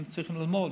הם צריכים ללמוד,